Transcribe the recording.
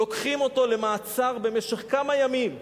לוקחים אותו למעצר במשך כמה ימים,